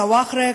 סוואחרה,